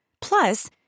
Plus